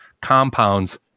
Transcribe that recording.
compounds